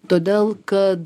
todėl kad